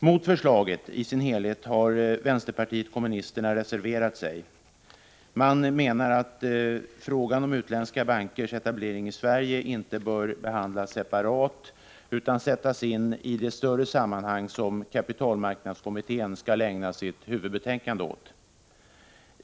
Mot förslaget i dess helhet har vänsterpartiet kommunisterna reserverat sig. Man menar att det är fel att frågan om utländska banketableringar i Sverige skall behandlas separat. Den bör i stället sättas in i det större sammanhang, som kapitalmarknadskommittén skall ägna sitt huvudbetänkande åt.